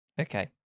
Okay